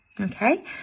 okay